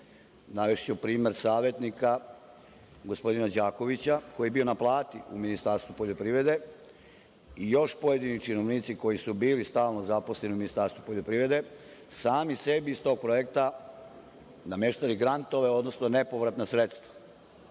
navešću primer savetnika gospodina Đakovića, koji je bio na plati u Ministarstvu poljoprivrede, i još pojedini činovnici koji su bili stalno zaposleni u Ministarstvu poljoprivrede sami sebi iz tog projekta nameštali grantove, odnosno nepovratna sredstva?